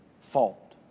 fault